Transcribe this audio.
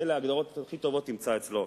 את ההגדרות הכי טובות תמצא אצלו.